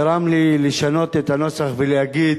גרם לי לשנות את הנוסח ולהגיד,